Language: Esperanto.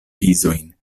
pizojn